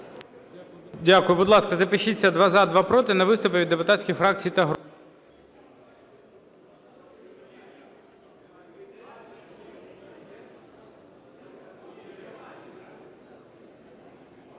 Дякую. Будь-ласка, запишіться: два – за, два – проти на виступи від депутатських фракцій та груп.